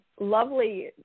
lovely